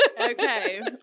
Okay